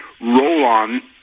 roll-on